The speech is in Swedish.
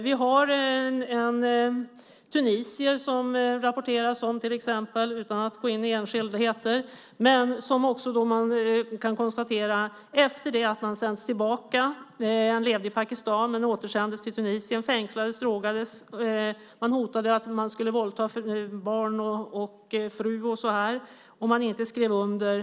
Utan att gå in på enskildheter vill jag säga att det till exempel rapporteras om en tunisier som efter det att han sänts tillbaka - han levde i Pakistan men återsändes till Tunisien - fängslades och drogades. Man hotade att våldta barn och fru om han inte skrev under.